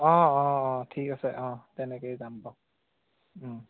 অঁ অঁ অঁ ঠিক আছে অঁ তেনেকৈয়ে যাম বাৰু